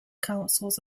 councils